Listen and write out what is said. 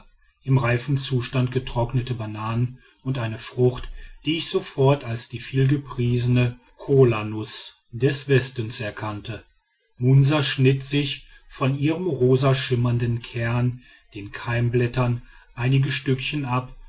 im reifen zustand getrocknete bananen und eine frucht die ich sofort als die vielgepriesene kolanuß des westens erkannte munsa schnitt sich von ihren rosaschimmernden kernen den keimblättern einige stückchen ab